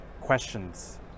questions